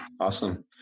Awesome